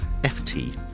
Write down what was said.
FT